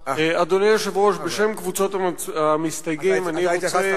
על ההסתייגות הבאה, שהיא לחלופין, תיקון